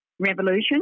Revolution